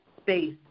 space